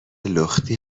لختی